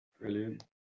Brilliant